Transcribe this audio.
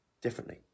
differently